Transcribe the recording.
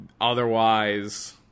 otherwise